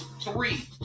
three